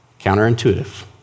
Counterintuitive